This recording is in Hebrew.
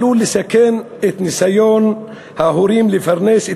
זה עלול לסכן את ניסיון ההורים לפרנס את